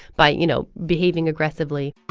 by, you know, behaving aggressively